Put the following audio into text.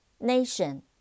Nation